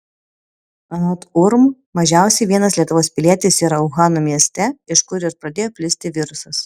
anot urm mažiausiai vienas lietuvos pilietis yra uhano mieste iš kur ir pradėjo plisti virusas